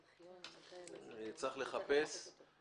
צריך לחפש אותו.